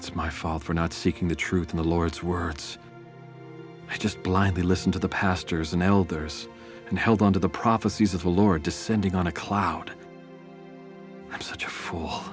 it's my fault for not seeking the truth in the lord's words i just blindly listen to the pastors and elders and held on to the prophecies of the lord descending on a cloud such